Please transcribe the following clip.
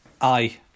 Aye